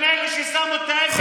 הם אלה ששמו את האבן הראשונה.